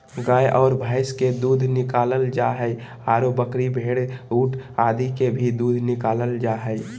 गाय आर भैंस के दूध निकालल जा हई, आरो बकरी, भेड़, ऊंट आदि के भी दूध निकालल जा हई